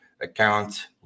account